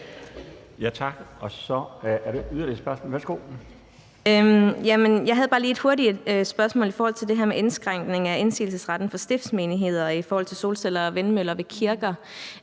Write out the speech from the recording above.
lige et hurtigt spørgsmål i forhold til det her med indskrænkning af indsigelsesretten for stiftsøvrigheden i forhold til solceller og vindmøller ved kirker.